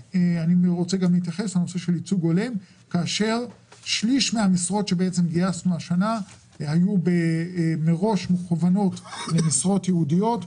שליש מהמשרות שגייסנו השנה היו מראש מכוונות למשרות ייעודיות,